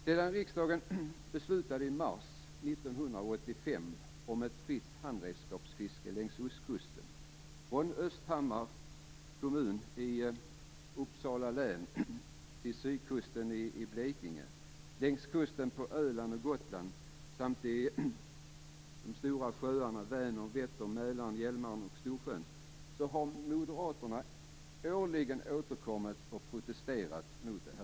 Sedan riksdagen i mars 1985 beslutade om ett fritt handredskapsfiske längs ostkusten, från Östhammars kommun i Uppsala län till sydkusten i Blekinge, längs kusten på Öland och Gotland samt de stora sjöarna Vänern, Vättern, Mälaren, Hjälmaren och Storsjön, har moderaterna årligen återkommit och protesterat mot beslutet.